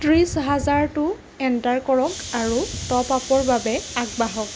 ত্ৰিশ হাজাৰটো এণ্টাৰ কৰক আৰু টপআপৰ বাবে আগবাঢ়ক